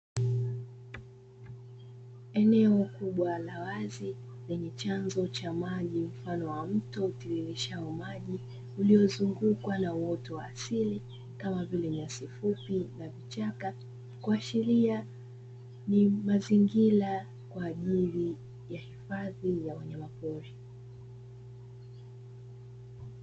Eneo kubwa la wazi lenye chanzo cha maji mfano wa mto utiririshao maji, uliozungukwa na uoto wa asili kama vile nyasi fupi na vichaka, kuashiria ni mazingira kwa ajili ya hifadhi ya wanyamapori.